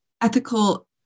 ethical